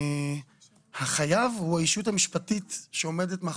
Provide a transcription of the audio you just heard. החייב הוא הישות המשפטית שעומדת.